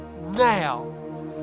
now